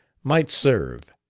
might serve.